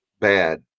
bad